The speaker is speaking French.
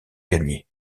gagnés